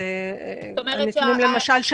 למשל,